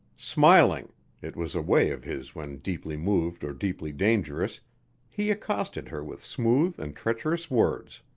smiling it was a way of his when deeply moved or deeply dangerous he accosted her with smooth and treacherous words.